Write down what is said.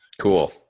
Cool